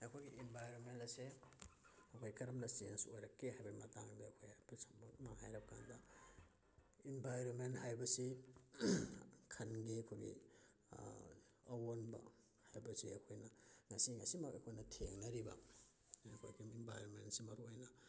ꯑꯩꯈꯣꯏꯒꯤ ꯏꯟꯚꯥꯏꯔꯣꯟꯃꯦꯟ ꯑꯁꯦ ꯑꯩꯈꯣꯏ ꯀꯔꯝꯅ ꯆꯦꯟꯖ ꯑꯣꯏꯔꯛꯀꯦ ꯍꯥꯏꯕꯒꯤ ꯃꯇꯥꯡꯗ ꯑꯩꯈꯣꯏ ꯍꯥꯏꯐꯦꯠ ꯁꯝꯂꯞꯅ ꯍꯥꯏꯔꯕ ꯀꯥꯟꯗ ꯏꯟꯚꯥꯏꯔꯣꯟꯃꯦꯟ ꯍꯥꯏꯕꯁꯤ ꯈꯜꯒꯤ ꯑꯩꯈꯣꯏꯒꯤ ꯑꯑꯣꯟꯕ ꯍꯥꯏꯕꯁꯦ ꯑꯩꯈꯣꯏꯅ ꯉꯁꯤ ꯉꯁꯤꯃꯛ ꯑꯩꯈꯣꯏꯅ ꯊꯦꯡꯅꯔꯤꯕ ꯑꯩꯈꯣꯏꯒꯤ ꯏꯟꯚꯥꯏꯔꯣꯟꯃꯦꯟꯁꯦ ꯃꯔꯨꯑꯣꯏꯅ